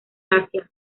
asia